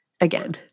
again